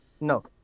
no